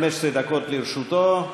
15 דקות לרשותו.